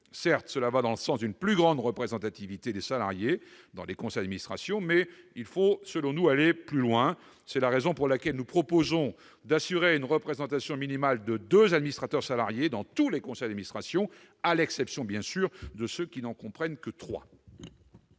Certes, cela va dans le sens d'une plus forte représentation des salariés dans les conseils d'administration, mais il faut selon nous aller plus loin. C'est la raison pour laquelle nous proposons d'assurer une présence minimale de deux administrateurs salariés dans tous les conseils d'administration, à l'exception, bien sûr, de ceux qui n'en comprennent que trois.